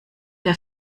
der